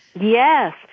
Yes